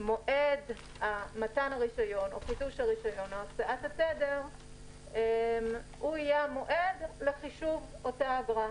שמועד מתן הרישיון או חידושו הוא יהיה המועד הקובע לתחילת חישוב האגרה,